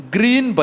Green